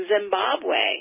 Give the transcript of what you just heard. Zimbabwe